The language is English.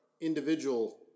individual